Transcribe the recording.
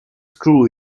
screw